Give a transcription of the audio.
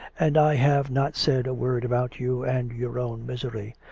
and i have not said a word about you and your own misery.